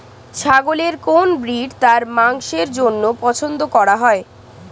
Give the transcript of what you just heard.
ছাগলের কোন ব্রিড তার মাংসের জন্য পছন্দ করা হয়?